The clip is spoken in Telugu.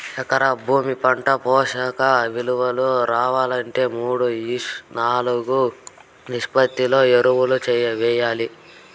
ఎకరా భూమి పంటకు పోషక విలువలు రావాలంటే మూడు ఈష్ట్ నాలుగు నిష్పత్తిలో ఎరువులు వేయచ్చా?